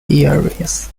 earrings